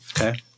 Okay